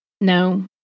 No